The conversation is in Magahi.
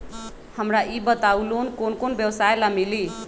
हमरा ई बताऊ लोन कौन कौन व्यवसाय ला मिली?